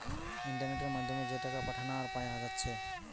ইন্টারনেটের মাধ্যমে যে টাকা পাঠানা আর পায়া যাচ্ছে